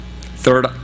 Third